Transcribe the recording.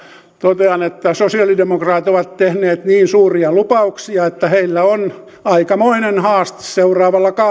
totean että sosialidemokraatit ovat tehneet niin suuria lupauksia että heillä on aikamoinen haaste seuraavalla